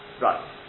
Right